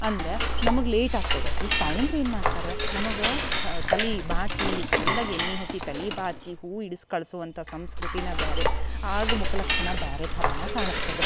ಅಂದ್ರ ನಮಗೆ ಲೇಟ್ ಆಗ್ತದ ಈಗ ತಾಯಂದ್ರ ಏನು ಮಾಡ್ತರ ನಮಗೆ ತಲೆ ಬಾಚೀ ಚಂದಗೆ ಎಣ್ಣೆ ಹಚ್ಚಿ ತಲೆ ಬಾಚಿ ಹೂ ಇಡ್ಸಿ ಕಳ್ಸುವಂಥಾ ಸಂಸ್ಕೃತಿನ ಬ್ಯಾರೆ ಆಗ ಮುಖ ಲಕ್ಷಣ ಬ್ಯಾರೆ ಥರಾನ ಕಾಣ್ಸ್ತದ